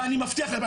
ואני מבטיח לכם,